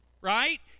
right